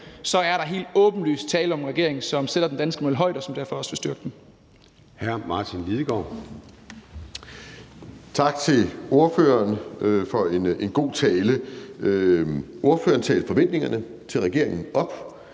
er der helt åbenlyst tale om en regering, som sætter den danske model højt, og som derfor også vil styrke den.